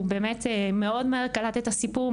מאוד מהר קלט אל הסיפור,